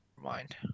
Mind